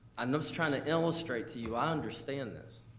i'm just trying to illustrate to you i understand this,